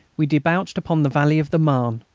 we debouched upon the valley of the marne.